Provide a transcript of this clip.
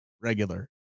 regular